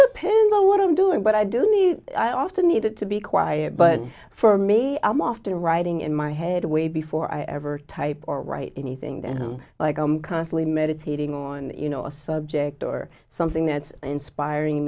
pencil what i'm doing but i do need i often need it to be quiet but for me i'm often writing in my head way before i ever type or write anything down like i'm constantly meditating on you know a subject or something that's inspiring